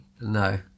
No